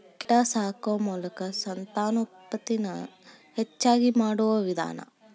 ಕೇಟಾ ಸಾಕು ಮೋಲಕಾ ಸಂತಾನೋತ್ಪತ್ತಿ ನ ಹೆಚಗಿ ಮಾಡುವ ವಿಧಾನಾ